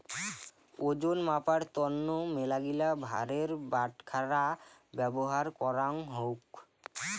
ওজন মাপার তন্ন মেলাগিলা ভারের বাটখারা ব্যবহার করাঙ হউক